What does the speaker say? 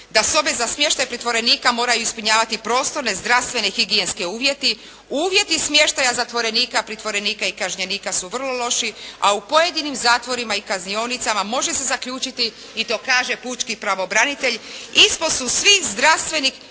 da sobe za smještaj pritvorenika moraju ispunjavati prostorne, zdravstvene i higijenske uvjete, uvjeti smještaja zatvorenika, pritvorenika i kažnjenika su vrlo loši, a u pojedinim zatvorima i kaznionicama može se zaključiti i to kaže pučki pravobranitelj, ispod su svih zdravstvenih,